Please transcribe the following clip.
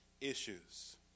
issues